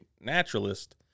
naturalist